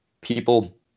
People